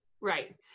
Right